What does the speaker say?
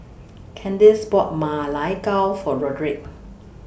Candis bought Ma Lai Gao For Rodrick